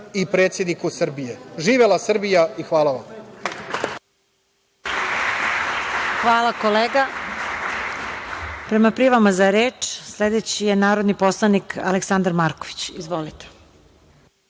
i predsedniku Srbije. Živela Srbija! Hvala vam. **Marija Jevđić** Hvala kolega. Prema prijavama za reč sledeći je narodni poslanik Aleksandar Marković. Izvolite.